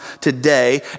today